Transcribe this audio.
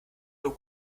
nur